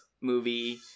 movie